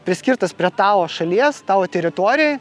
priskirtas prie tavo šalies tavo teritorijoj